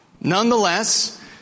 Nonetheless